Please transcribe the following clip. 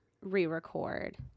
re-record